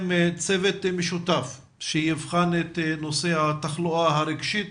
צוות משותף שיבחן את נושא התחלואה הרגשית